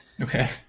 Okay